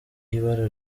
ibara